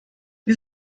wir